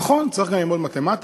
נכון, צריך גם ללמוד מתמטיקה.